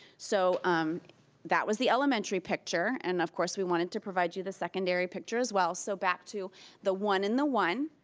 so um that was the elementary picture and of course we wanted to provide you the secondary picture as well, so back to the one and the one.